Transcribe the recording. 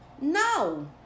no